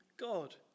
God